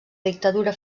dictadura